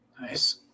Nice